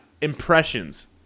impressions